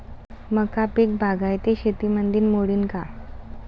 मका पीक बागायती शेतीमंदी मोडीन का?